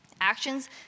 Actions